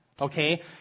Okay